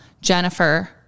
Jennifer